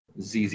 ZZ